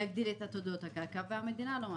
עתודות הקרקע והמדינה לא מאפשרת.